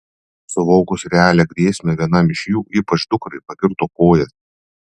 suvokus realią grėsmę vienam iš jų ypač dukrai pakirto kojas